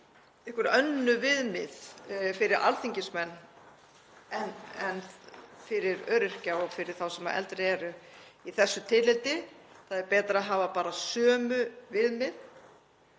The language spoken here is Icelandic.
einhver önnur viðmið fyrir alþingismenn en fyrir öryrkja og þá sem eldri eru í þessu tilliti. Það er betra að hafa bara sömu viðmið.